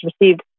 received